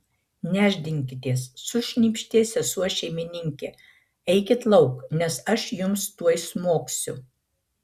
nešdinkitės sušnypštė sesuo šeimininkė eikit lauk nes aš jums tuoj smogsiu